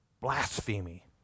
blasphemy